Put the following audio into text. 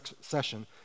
session